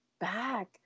back